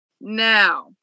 Now